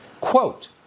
Quote